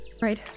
Right